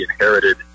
inherited